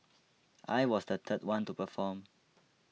I was the third one to perform